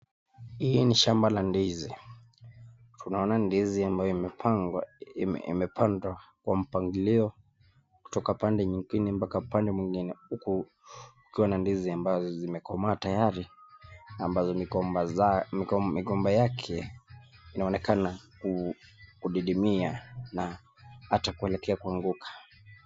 Hii ni shamba la ndizi. Tunaona ndizi ambayo imepangwa imepandwa kwa mpangilio kutoka pande nyingine mpaka pande mwingine huku ukiwa na ndizi ambazo zimekomaa tayari ambazo mikomba mikomba yake inaonekana kudidimia na hata kuelekea kuanguka.